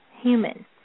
human